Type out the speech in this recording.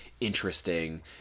interesting